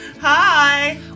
Hi